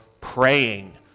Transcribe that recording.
praying